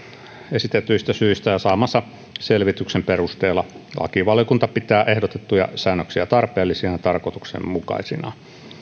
esitetyistä syistä ja saamansa selvityksen perusteella lakivaliokunta pitää ehdotettuja säännöksiä tarpeellisina ja tarkoituksenmukaisina